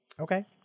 okay